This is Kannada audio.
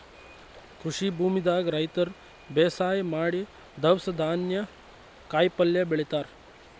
ಕೃಷಿ ಭೂಮಿದಾಗ್ ರೈತರ್ ಬೇಸಾಯ್ ಮಾಡಿ ದವ್ಸ್ ಧಾನ್ಯ ಕಾಯಿಪಲ್ಯ ಬೆಳಿತಾರ್